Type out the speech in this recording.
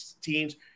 teams